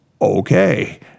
okay